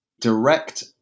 direct